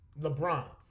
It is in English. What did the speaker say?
LeBron